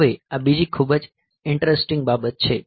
હવે આ બીજી ખૂબ જ ઈંટરેસ્ટિંગ બાબત છે